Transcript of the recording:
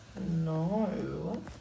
No